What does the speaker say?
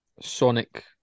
Sonic